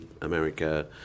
America